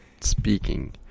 speaking